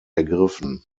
ergriffen